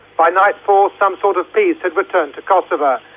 by nightfall, some sort of peace had returned to kosovo.